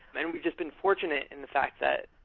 and we just been fortunate in the fact that,